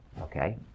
okay